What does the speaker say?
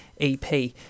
EP